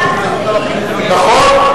נכון,